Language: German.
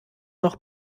noch